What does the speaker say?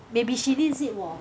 maybe she needs it more